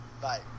Bye